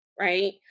right